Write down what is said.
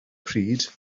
pryd